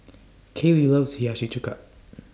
Kalie loves Hiyashi Chuka